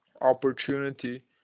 opportunity